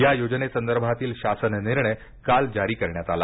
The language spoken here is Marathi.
या योजनेसंदर्भातील शासन निर्णय काल जारी करण्यात आला